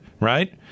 right